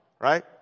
right